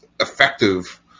effective